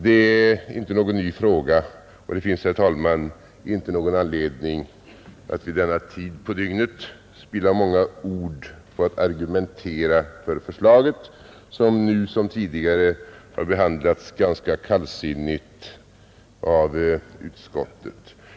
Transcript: Det är inte någon ny fråga, och det finns ingen anledning att vid denna tid på dygnet spilla många ord på att argumentera för förslaget, som nu liksom tidigare har behandlats ganska kallsinnigt av utskottet.